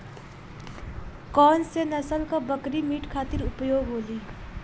कौन से नसल क बकरी मीट खातिर उपयोग होली?